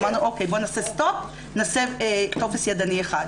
אמרנו 'בוא נעשה סטופ ונעשה טופס ידני אחד'.